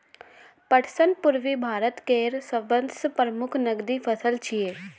पटसन पूर्वी भारत केर सबसं प्रमुख नकदी फसल छियै